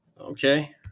Okay